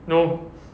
no